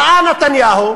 ראה נתניהו,